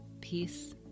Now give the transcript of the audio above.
peace